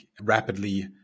rapidly